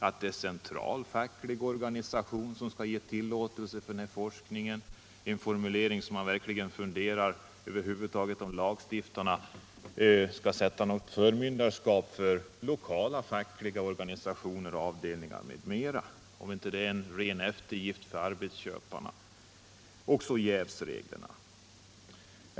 Endast central facklig organisation skall kunna ge tillåtelse till forskning, en formulering som gör att man verkligen funderar på om lagstiftarna vill sätta något förmynderskap över lokala fackliga organisationer och avdelningar. Är det inte en ren eftergift åt arbetsköparna? Jävsregler finns också.